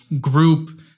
group